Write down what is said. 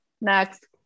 Next